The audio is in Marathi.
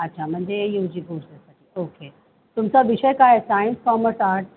अच्छा म्हणजे यू जी कोर्सेससाठी ओके तुमचा विषय काय सायन्स कॉमर्स आर्ट